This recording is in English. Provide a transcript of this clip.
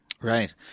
Right